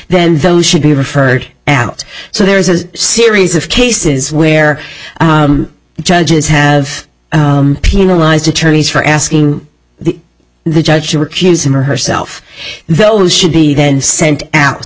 then those should be referred out so there's a series of cases where judges have penalized attorneys for asking the judge to recuse him or herself those should be then sent out